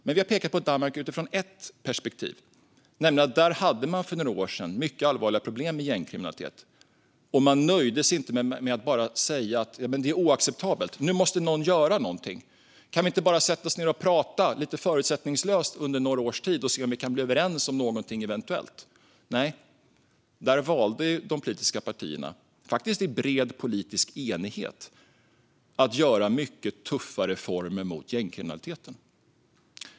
Vi har pekat på Danmark utifrån ett visst perspektiv, nämligen att man för några år sedan hade mycket allvarliga problem med gängkriminalitet men inte nöjde sig med att bara säga: Det är oacceptabelt; nu måste någon göra någonting - kan vi inte bara sätta oss ned och prata lite förutsättningslöst under några års tid och se om vi eventuellt kan bli överens om någonting? Nej, där valde de politiska partierna, faktiskt i bred politisk enighet, att genomföra mycket tuffa reformer mot gängkriminaliteten.